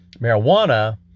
marijuana